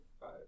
Five